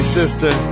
sister